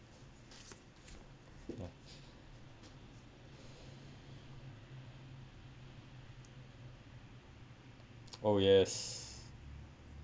ya oh yes